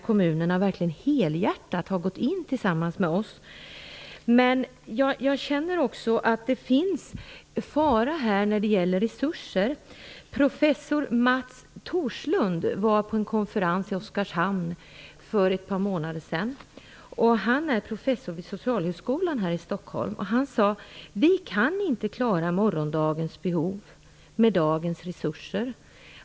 Kommunerna har verkligen helhjärtat gått in i projektet tillsammans med oss. Men jag känner att det finns en fara när det gäller resurser. Professor Mats Thorslund var på en konferens i Oskarshamn för ett par månader sedan. Han är professor vid Socialhögskolan här i Stockholm. Han sade att vi inte kan klara morgondagens behov med dagens resurser.